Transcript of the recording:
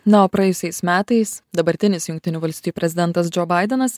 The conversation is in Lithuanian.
na o praėjusiais metais dabartinis jungtinių valstijų prezidentas džo baidenas